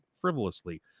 frivolously